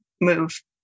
move